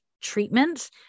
treatment